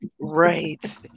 Right